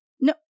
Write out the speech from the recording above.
No